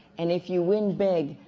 and if you win big,